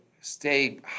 stay